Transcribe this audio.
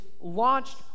launched